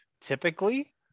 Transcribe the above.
typically